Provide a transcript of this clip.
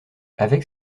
avec